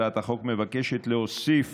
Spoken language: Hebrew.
הצעת החוק מבקשת להוסיף